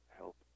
help